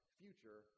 future